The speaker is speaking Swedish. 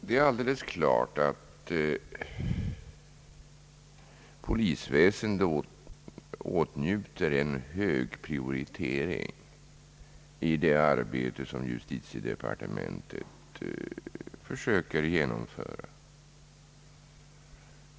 Det är alldeles klart att polisväsendet åtnjuter hög prioritet i det arbete som justitiedepartementet försöker genomföra.